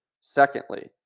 secondly